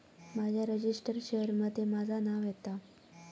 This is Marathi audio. माझ्या रजिस्टर्ड शेयर मध्ये माझा नाव येता